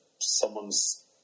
someone's